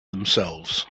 themselves